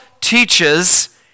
teaches